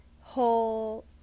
whole